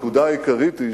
הנקודה העיקרית היא